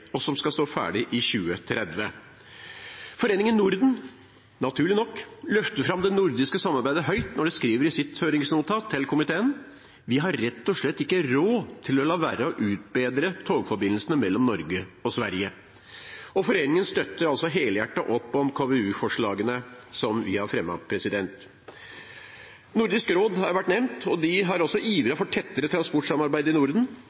og som skal stå ferdig i 2030. Foreningen Norden løfter naturlig nok det nordiske samarbeidet høyt når de skriver i sitt høringsnotat til komiteen: «Vi har rett og slett ikke råd til å la være å utbedre togforbindelsene mellom Norge og Sverige.» Foreningen støtter altså helhjertet opp om KVU-forslagene vi har fremmet. Nordisk råd har vært nevnt. De har også ivret for et tettere transportsamarbeid i Norden